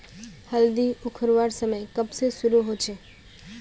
हल्दी उखरवार समय कब से शुरू होचए?